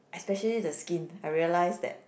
especially the skin I realize that